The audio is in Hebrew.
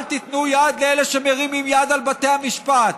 אל תיתנו יד לאלה שמרימים יד על בתי המשפט,